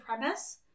premise